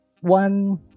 one